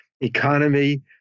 economy